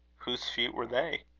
whose feet were they?